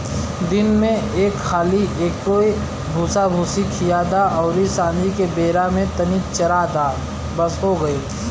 दिन में एक हाली एके भूसाभूसी खिया द अउरी सांझी के बेरा में तनी चरा द बस हो गईल